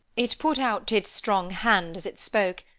it put out its strong hand as it spoke,